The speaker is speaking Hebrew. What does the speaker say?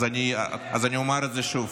אז אני אומר את זה שוב,